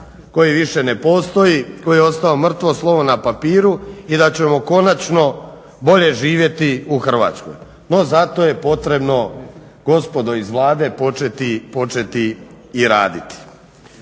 koji više ne postoji, koji je ostao mrtvo slovo na papiru i da ćemo konačno bolje živjeti u Hrvatskoj. No za to je potrebno, gospodo iz Vlade, početi i raditi.